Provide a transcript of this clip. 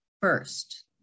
first